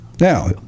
Now